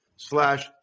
Slash